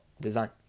design